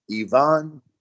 Ivan